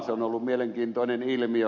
se on ollut mielenkiintoinen ilmiö